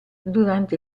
durante